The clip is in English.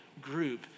group